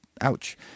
ouch